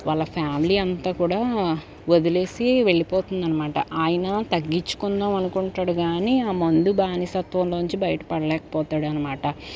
వాళ్ళ ఫ్యామిలీ అంతా కూడా వదిలేసి వెళ్ళిపోతుందనమాట ఆయన తగ్గించుకుందాం అనుకుంటాడు కానీ ఆ మందు బానిసత్వంలోంచి బయటపడలేకపోతాడనమాట